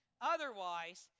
Otherwise